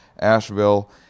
Asheville